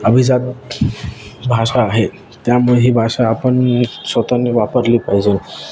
अभिजात भाषा आहे त्यामुळे ही भाषा आपण स्वतःनी वापरली पाहिजे